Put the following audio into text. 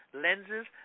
lenses